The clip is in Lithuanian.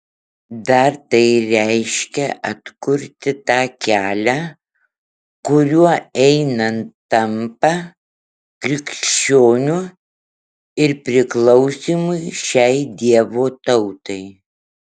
dar tai reiškia atkurti tą kelią kuriuo einant tampa krikščioniu ir priklausymui šiai dievo tautai